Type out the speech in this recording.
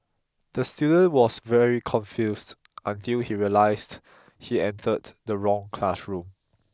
the student was very confused until he realised he entered the wrong classroom